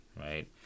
right